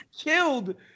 killed